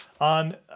on